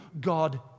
God